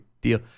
deal